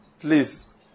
Please